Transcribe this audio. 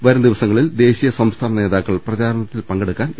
വരുംദിവസങ്ങളിൽ ദേശീയ സംസ്ഥാന നേതാ ക്കൾ പ്രചാരണത്തിൽ പങ്കെടുക്കാൻ എത്തും